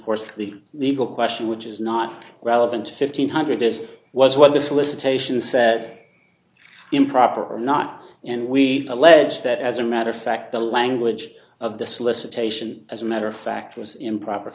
course the legal question which is not relevant to one thousand five hundred is was what the solicitation said improper or not and we allege that as a matter of fact the language of the solicitation as a matter of fact was improper